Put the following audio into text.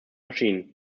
machine